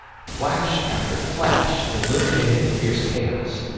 flash after flash illuminated the fierce chaos,